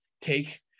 take